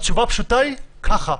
התשובה הפשוטה היא: ככה.